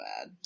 bad